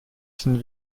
sind